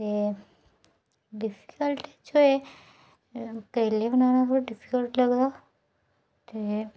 ते डिफिकल्ट एह् ऐ कि करेले बनाना थोह्ड़ा डिफिकल्ट लगदा ते